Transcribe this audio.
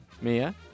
Mia